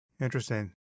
Interesting